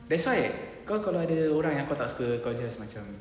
that's why kau kalau ada orang yang kau tak suka kau just macam